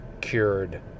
cured